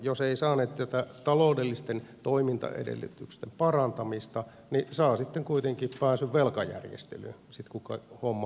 jos eivät saaneet tätä taloudellisten toimintaedellytysten parantamista niin saavat kuitenkin pääsyn velkajärjestelyyn sitten kun homma menee pieleen